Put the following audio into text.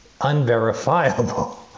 unverifiable